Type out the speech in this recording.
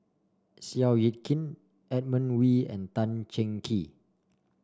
Seow Yit Kin Edmund Wee and Tan Cheng Kee